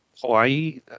Hawaii